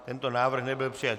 Tento návrh nebyl přijat.